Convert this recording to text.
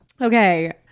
Okay